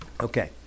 Okay